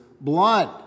blood